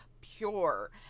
pure